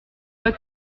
pas